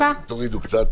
יכול להיות שגם אני אפילו.